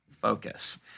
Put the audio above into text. focus